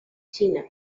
china